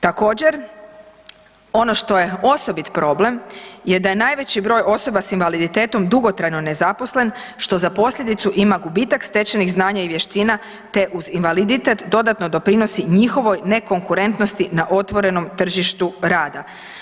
Također ono što je osobit problem je da je najveći broj osoba s invaliditetom dugotrajno nezaposlen što za posljedicu ima gubitak stečenih znanja i vještina te uz invaliditet dodatno doprinosi njihovoj nekonkurentnosti na otvorenom tržištu rada.